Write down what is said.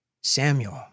Samuel